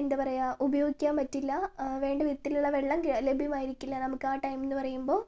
എന്താ പറയുക ഉപയോഗിക്കാൻ പറ്റില്ല വേണ്ടവിധത്തിലുള്ള വെള്ളം ലഭ്യമായിരിക്കില്ല നമുക്ക് ആ ടൈം എന്നു പറയുമ്പോൾ